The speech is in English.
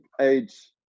age